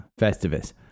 Festivus